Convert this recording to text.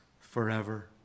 forever